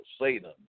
Satan